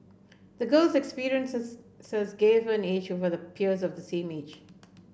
the girl's experiences gave her an edge over her peers of the same age